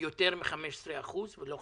יותר מ-15%, לא 15%,